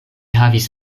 havis